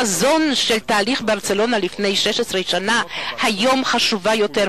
החזון של תהליך ברצלונה לפני 16 שנה חשוב היום יותר